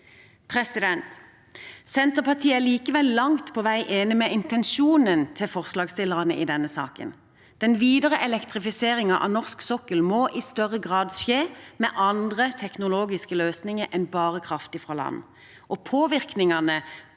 gassnæring. Senterpartiet er likevel langt på vei enig i intensjonen til forslagsstillerne i denne saken. Den videre elektrifiseringen av norsk sokkel må i større grad skje med andre teknologiske løsninger enn bare kraft fra land, og påvirkningene